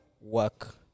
work